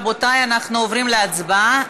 רבותי, אנחנו עוברים להצבעה.